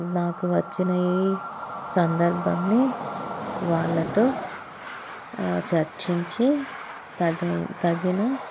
నాకు వచ్చిన ఈ సందర్బాన్ని వాళ్ళతో చర్చించి తగ తగిన